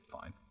fine